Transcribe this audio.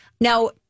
now